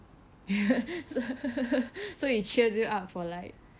so so it cheers you up for like